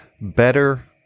better